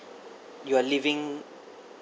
you are living